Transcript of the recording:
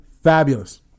fabulous